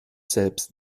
selbst